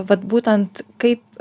vat būtent kaip